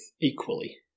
equally